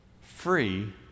free